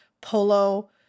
polo